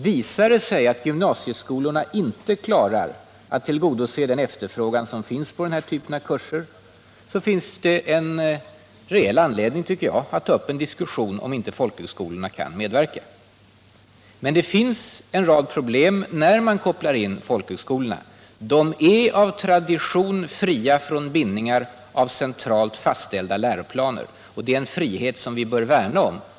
Men om det visar sig att gymnasieskolorna inte klarar att tillgodose den efterfrågan som finns på den här typen av kurser, då finns det enligt min mening en reell anledning att ta upp en diskussion om folkhögskolornas medverkan. Om man kopplar in folkhögskolorna uppstår emellertid en rad problem. De är av tradition fria från bindningar av centralt fastställda läroplaner, och det är en frihet som vi bör värna om.